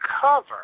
cover